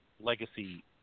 legacy